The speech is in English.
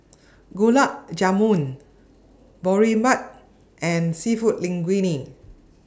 Gulab Jamun Boribap and Seafood Linguine